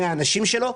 מהאנשים שלו,